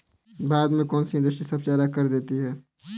भारत में कौन सी इंडस्ट्री सबसे ज्यादा कर देती है?